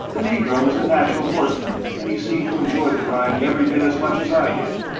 the negro was a natural horseman, and he seemed to enjoy the ride every bit as much as i did.